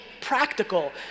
practical